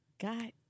God